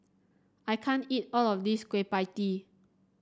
I can't eat all of this Kueh Pie Tee